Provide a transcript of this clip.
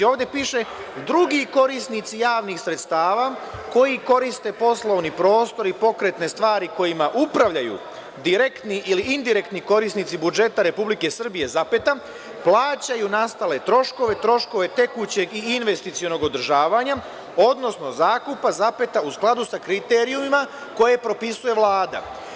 Ovde piše „drugi korisnici javnih sredstava koji koriste poslovni prostor i pokretne stvari kojima upravljaju direktni ili indirektni korisnici budžeta Republike Srbije, plaćaju nastale troškove, troškove tekućeg i investicionog održavanja, odnosno zakupa, u skladu sa kriterijumima koje propisuje Vlada“